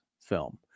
film